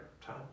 time